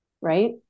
right